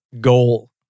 goal